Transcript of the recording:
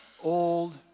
old